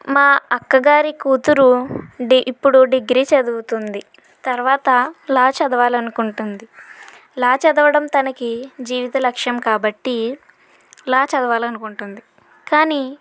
మా అక్క గారి కూతురు డీ ఇప్పుడు డిగ్రీ చదువుతుంది తర్వాత లా చదవాలనుకుంటుంది లా చదవడం తనకి జీవిత లక్ష్యం కాబట్టి లా చదవాలి అనుకుంటుంది కానీ